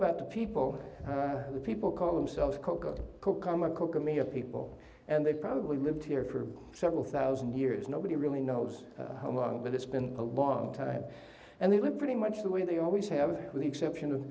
about the people the people call themselves cocoa to come a cook a meal people and they probably lived here for several thousand years nobody really knows how long but it's been a long time and they were pretty much the way they always have with the exception of